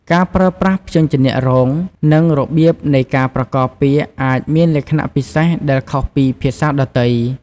ការប្រើប្រាស់ព្យញ្ជនៈរង និងរបៀបនៃការប្រកបពាក្យអាចមានលក្ខណៈពិសេស ដែលខុសពីភាសាដទៃ។